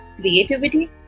creativity